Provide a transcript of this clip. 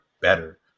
better